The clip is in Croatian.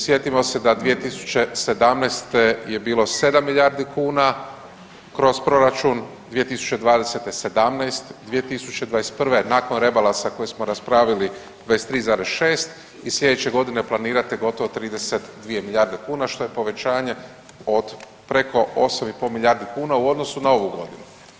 Sjetimo se da 2017. je bilo 7 milijardi kuna kroz Proračun, 2020. sedamnaest , 2021. nakon Rebalansa koji smo raspravili 23,6 i slijedeće godine planirate gotovo 32 milijarde kuna što je povećanje od preko 8,5 milijardi kuna u odnosu na ovu godinu.